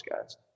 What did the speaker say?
guys